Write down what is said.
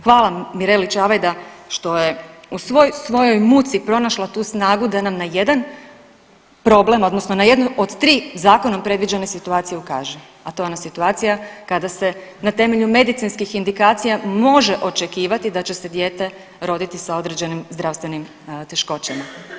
Hvala Mireli Čavajda što je u svoj svojoj muci pronašla tu snagu da nam na jedan problem odnosno na jednu od tri zakonom predviđene situacije ukaže, a to je ona situacija kada se na temelju medicinskih indikacija može očekivati da će se dijete roditi sa određenim zdravstvenim teškoćama.